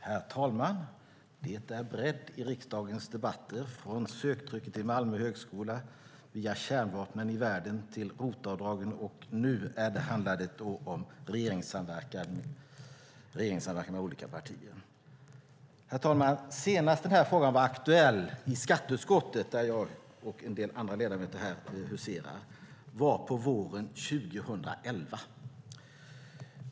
Herr talman! Det är bredd i riksdagens debatter, från söktrycket till Malmö högskola via kärnvapnen i världen till ROT-avdragen, och nu handlar det om regeringssamverkan med olika partier. Herr talman! Senast den här frågan var aktuell i skatteutskottet, där jag och en del andra ledamöter här huserar, var på våren 2011.